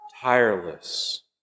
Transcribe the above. tireless